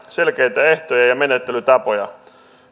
selkeitä ehtoja ja ja menettelytapoja